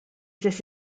this